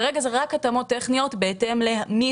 כרגע אלה רק התאמות טכניות בהתאם למי